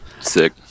Sick